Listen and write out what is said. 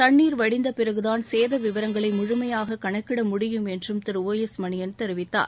தண்ணீர் வடிந்த பிறகுதான் சேத விவரங்களை முழுமையாக கணக்கிட முடியும் என்றும் திரு ஒ எஸ் மணியன் தெரிவித்தார்